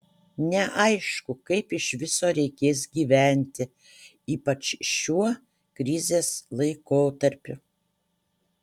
neaišku kaip iš viso reikės gyventi ypač šiuo krizės laikotarpiu